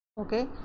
okay